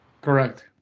correct